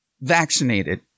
vaccinated